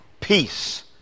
peace